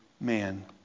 man